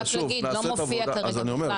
רק להגיד לא מופיע כרגע בכלל.